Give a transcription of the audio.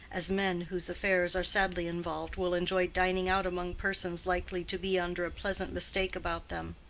as men whose affairs are sadly involved will enjoy dining out among persons likely to be under a pleasant mistake about them.